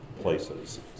places